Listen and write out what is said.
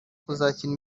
kuzakina